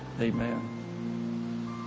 Amen